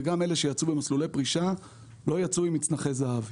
גם אלה שיצאו במסלולי פרישה לא יצאו עם מצנחי זהב.